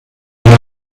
hier